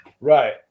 right